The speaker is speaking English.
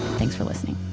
thanks for listening